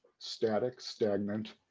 static, stagnant,